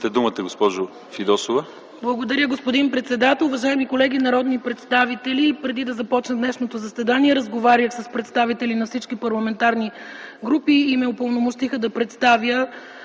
ИСКРА ФИДОСОВА (ГЕРБ): Благодаря, господин председател. Уважаеми колеги народни представители, преди да започне днешното заседание, разговарях с представители на всички парламентарни групи и ме упълномощиха да представя